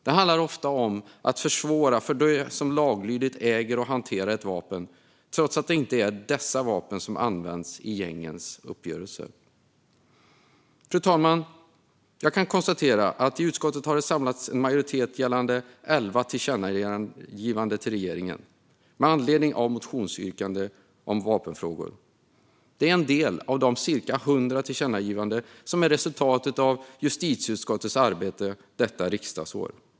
Det handlar ofta om att försvåra för dem som laglydigt äger och hanterar ett vapen trots att det inte är dessa vapen som används i gängens uppgörelser. Fru talman! Jag kan konstatera att det i utskottet har samlat en majoritet gällande elva tillkännagivanden till regeringen med anledning av motionsyrkanden om vapenfrågor. Det är en del av de cirka 100 tillkännagivanden som är resultatet av justitieutskottets arbete under detta riksdagsår.